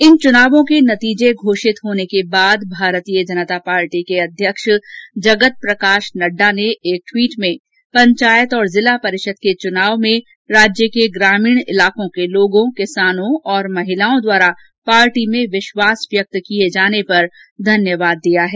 इन चुनावों के नतीजे घोषित होने के बाद भारतीय जनता पार्टी के अध्यक्ष जगत प्रकाश नड्डा ने एक ट्वीट में राजस्थान में पंचायत और जिला परिषद के चुनाव में ग्रामीण इलाकों के लोगों किसानों और महिलाओं द्वारा पार्टी में विश्वास व्यक्त किये जाने पर धन्यवाद दिया है